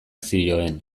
zioen